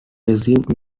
received